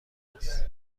است